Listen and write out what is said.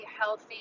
healthy